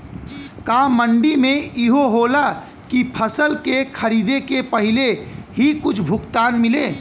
का मंडी में इहो होला की फसल के खरीदे के पहिले ही कुछ भुगतान मिले?